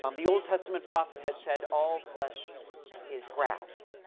um the old testament prophet had said, all flesh is grass,